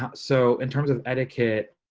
so in terms of etiquette.